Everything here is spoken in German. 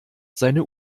seine